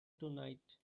tonight